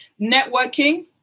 networking